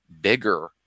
bigger